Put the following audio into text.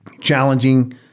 challenging